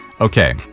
Okay